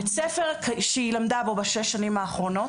הבית ספר שהיא למדה בו בשש השנים האחרונות